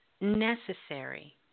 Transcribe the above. necessary